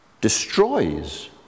destroys